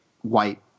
white